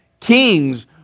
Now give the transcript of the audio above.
Kings